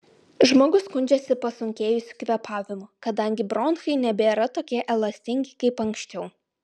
žmogus skundžiasi pasunkėjusiu kvėpavimu kadangi bronchai nebėra tokie elastingi kaip anksčiau